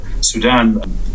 Sudan